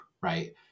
right